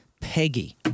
Peggy